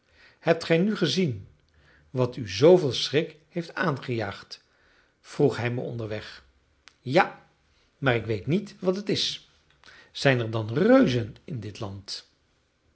hebt gij nu gezien wat u zooveel schrik heeft aangejaagd vroeg hij me onderweg ja maar ik weet niet wat het is zijn er dan reuzen in dit land